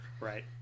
right